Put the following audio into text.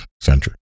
century